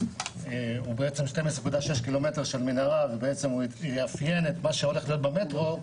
הוא בעצם 12.6 קילומטר של מנהרה והוא יאפיין את מה שהולך להיות במטרו.